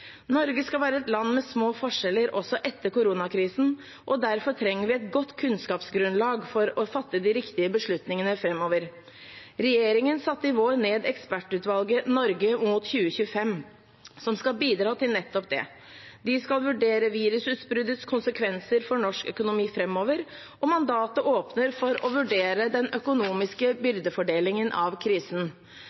Norge skal være et land med små forskjeller også etter koronakrisen, og derfor trenger vi et godt kunnskapsgrunnlag for å fatte de riktige beslutningene framover. Regjeringen satte i vår ned ekspertutvalget Norge mot 2025, som skal bidra til nettopp det. De skal vurdere virusutbruddets konsekvenser for norsk økonomi framover, og mandatet åpner for å vurdere den økonomiske byrdefordelingen av krisen.